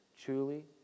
truly